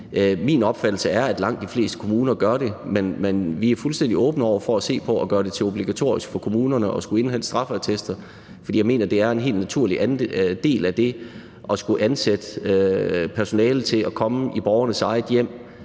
Min opfattelse er, at langt de fleste kommuner gør det, men vi er fuldstændig åbne over for at se på at gøre det obligatorisk for kommunerne at skulle indhente straffeattester, for jeg mener, at det er en helt naturlig del af det at skulle ansætte personale til at komme i borgernes eget hjem.